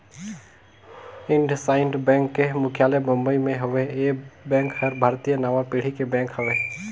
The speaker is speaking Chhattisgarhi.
इंडसइंड बेंक के मुख्यालय बंबई मे हेवे, ये बेंक हर भारतीय नांवा पीढ़ी के बेंक हवे